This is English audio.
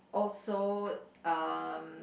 also um